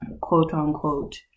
quote-unquote